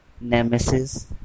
Nemesis